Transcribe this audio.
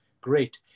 Great